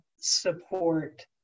support